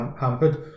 hampered